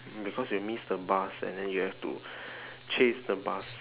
because you miss the bus and then you have to chase the bus